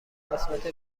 قسمت